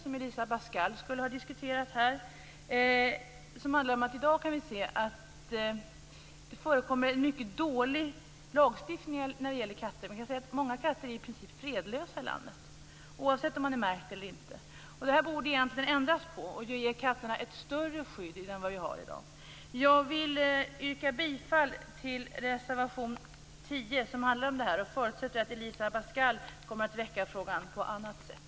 Egentligen skulle Elisa Abascal Reyes ha diskuterat den frågan. I dag kan vi se att lagstiftningen är dålig när det gäller katter. Man kan faktiskt säga att många katter i princip är fredlösa i vårt land, oavsett om det handlar om märkta katter eller inte. Här borde det ske en ändring så att katterna får ett större skydd än de i dag har. Jag yrkar bifall till reservation 10 och förutsätter att Elisa Abascal Reyes väcker frågan på annat sätt.